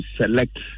select